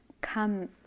come